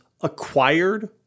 acquired